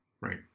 right